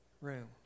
room